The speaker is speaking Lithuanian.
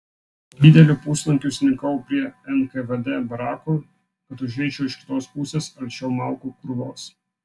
dideliu puslankiu slinkau prie nkvd barakų kad užeičiau iš kitos pusės arčiau malkų krūvos